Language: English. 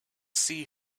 see